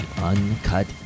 uncut